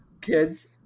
kids